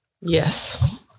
Yes